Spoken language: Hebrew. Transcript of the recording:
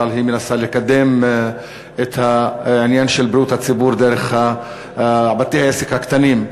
אבל היא מנסה לקדם את העניין של בריאות הציבור דרך בתי-העסק הקטנים.